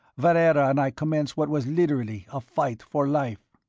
valera and i commenced what was literally a fight for life.